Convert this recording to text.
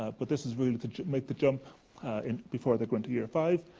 ah but this is really to make the jump and before they go into year five,